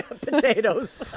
Potatoes